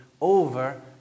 over